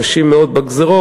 קשים מאוד בגזירות,